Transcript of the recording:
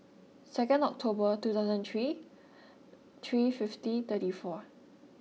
second October two thousand three three fifty thirty four